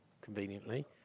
conveniently